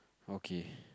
okay